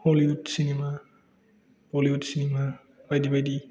Hollywood cinema Bollywood cinema बायदि बायदि